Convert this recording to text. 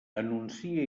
anuncia